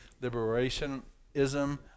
liberationism